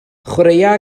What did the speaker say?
chwaraea